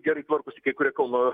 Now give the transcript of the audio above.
gerai tvarkosi kai kurie kauno